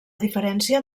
diferència